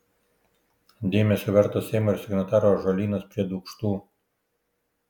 dėmesio vertas seimo ir signatarų ąžuolynas prie dūkštų